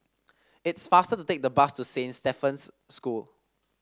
it's faster to take the bus to Saint Stephen's School